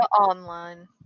online